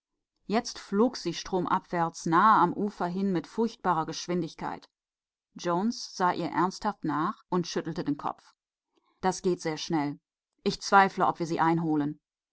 nun flog sie flußabwärts dicht am ufer entlang und mit einer unglaublichen geschwindigkeit jones sah sie besorgt an und schüttelte den kopf sie ist sehr schnell sagte er ich bezweifle daß wir sie einholen